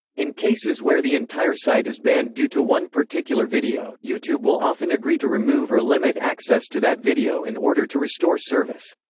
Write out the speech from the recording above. in cases where the entire site is banned due to one particular video, youtube will often agree to remove or limit access to that video in order to restore service.